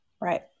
Right